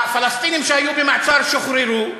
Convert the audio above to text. הפלסטינים שהיו במעצר שוחררו.